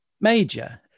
major